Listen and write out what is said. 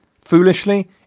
Foolishly